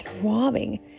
throbbing